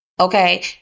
Okay